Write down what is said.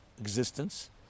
existence